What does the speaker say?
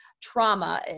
trauma